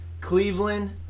Cleveland